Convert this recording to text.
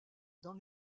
dans